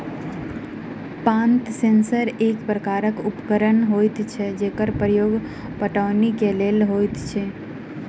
पात सेंसर एक प्रकारक उपकरण होइत अछि जकर प्रयोग पटौनीक लेल होइत अछि